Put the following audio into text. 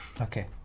Okay